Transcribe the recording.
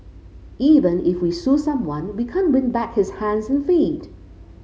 even if we sue someone we can't win back his hands and feet